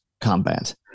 combat